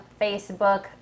Facebook